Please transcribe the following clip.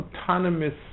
autonomous